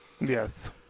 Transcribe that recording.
Yes